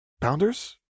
Bounders